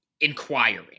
inquiring